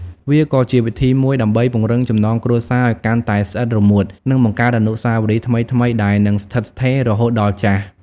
វាក៏ជាវិធីមួយដើម្បីពង្រឹងចំណងគ្រួសារឲ្យកាន់តែស្អិតរមួត និងបង្កើតអនុស្សាវរីយ៍ថ្មីៗដែលនឹងស្ថិតស្ថេររហូតដល់ចាស់។